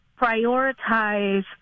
prioritize